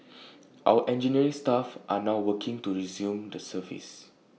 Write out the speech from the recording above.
our engineering staff are now working to resume the service